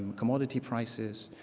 commodity prices,